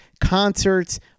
concerts